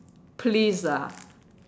please ah